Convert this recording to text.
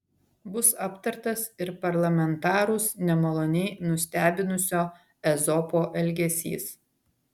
bus aptartas ir parlamentarus nemaloniai nustebinusio ezopo elgesys